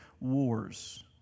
wars